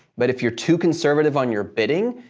but if you're too conservative on your bidding,